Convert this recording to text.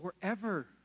forever